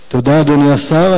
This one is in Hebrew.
תודה, אדוני השר.